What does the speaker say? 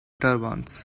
turbans